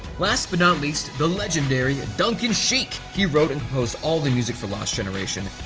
last but not least, the legendary duncan sheik. he wrote and composed all the music for lost generation.